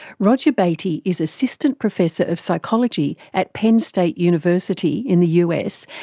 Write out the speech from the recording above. roger beaty is assistant professor of psychology at penn state university in the us,